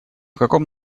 каком